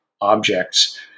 objects